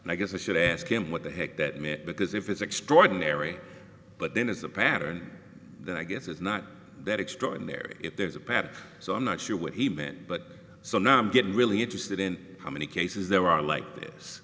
and i guess i should ask him what the heck that myth because if it's extraordinary but then it's a pattern then i guess it's not that extraordinary if there's a pattern so i'm not sure what he meant but so now i'm getting really interested in how many cases there are like this